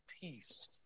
peace